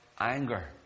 anger